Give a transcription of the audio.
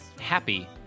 happy